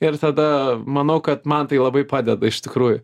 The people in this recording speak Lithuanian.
ir tada manau kad man tai labai padeda iš tikrųjų